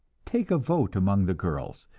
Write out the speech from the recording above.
take a vote among the girls,